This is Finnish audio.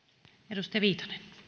arvoisa puhemies